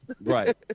Right